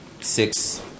six